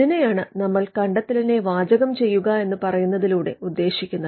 ഇതിനെയാണ് നമ്മൾ കണ്ടെത്തലിനെ വാചകം ചെയ്യുക എന്ന് പറയുന്നതിലൂടെ ഉദ്ദേശിക്കുന്നത്